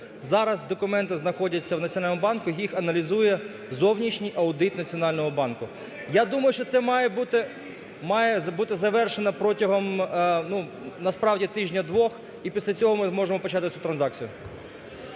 Зараз документи знаходяться в Національному банку, їх аналізує зовнішній аудит Національного банку. Я думаю, що це має бути… має бути завершено протягом, ну, насправді, тижня-двох і після цього ми можемо почати цю транзакцію.